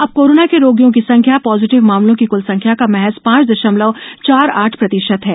अब कोरोना के रोगियों की संख्या पॉजिटिव मामलों की कुल संख्या का महज पॉच दशमलव चार आठ प्रतिशत है